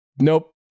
nope